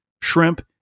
shrimp